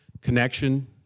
connection